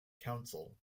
council